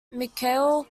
mikhail